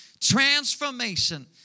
transformation